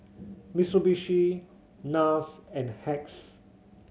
Mitsubishi Nars and Hacks